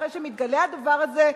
אחרי שמתגלה הדבר הזה,